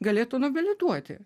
galėtų nobilituoti